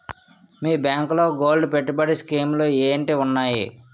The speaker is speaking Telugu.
మీ బ్యాంకులో గోల్డ్ పెట్టుబడి స్కీం లు ఏంటి వున్నాయి?